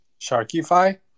Sharkify